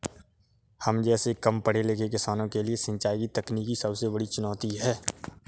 हम जैसै कम पढ़े लिखे किसानों के लिए सिंचाई की तकनीकी सबसे बड़ी चुनौती है